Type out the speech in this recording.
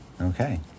Okay